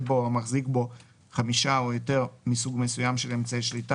בו או מחזיק ב-5% או יותר מסוג מסוים של אמצעי שליטה,